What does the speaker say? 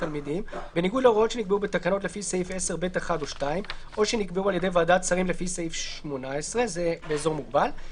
הוספת סעיף 32יא 3. אחרי סעיף 32י לחוק העיקרי